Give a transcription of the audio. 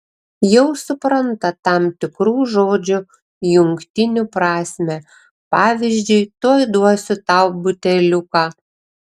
jau supranta tam tikrų žodžių jungtinių prasmę pavyzdžiui tuoj duosiu tau buteliuką